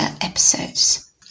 Episodes